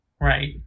Right